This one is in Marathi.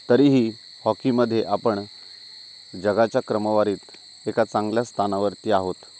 तरीही हॉकीमध्ये आपण जगाच्या क्रमवारीत एका चांगल्या स्थानावरती आहोत